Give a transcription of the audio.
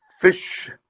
fish